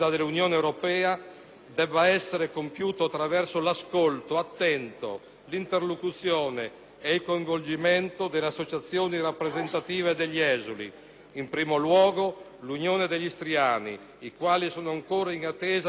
deve essere compiuto attraverso l'ascolto attento, l'interlocuzione ed il coinvolgimento delle associazioni rappresentative degli esuli (in primo luogo, l'Unione degli Istriani), i quali sono ancora in attesa di un atto di giustizia,